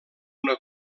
una